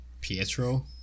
pietro